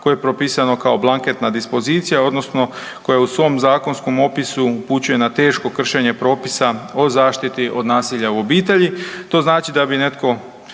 koje je propisano kao blanketna dispozicija odnosno koja u svom zakonskom opisu upućuje na teško kršenje propisa o zaštiti od nasilja u obitelji.